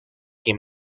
que